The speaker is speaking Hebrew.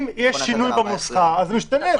אם יש שינוי בנוסחה, זה משתנה.